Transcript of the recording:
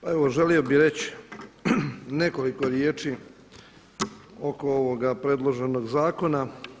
Pa evo želio bih reći nekoliko riječi oko ovoga predloženoga zakona.